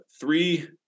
three